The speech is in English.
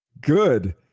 good